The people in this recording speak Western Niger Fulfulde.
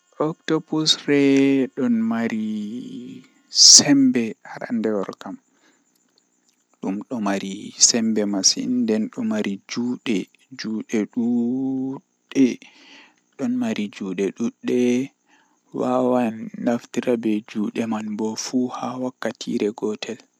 Ndikka mi wolwana yaare himbe haami yahi fu dow mi wolwina dabbaji ngam dabbaji kam komoi andi dabbaji wala wolwa nden dabbaji feere awolwanabe ma haa noi wada amma amma yareeji duniya do ha ajippi pat ko goddo weefu adon nana nden awawan alornitina mo midon yia kanjum do buri